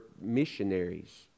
missionaries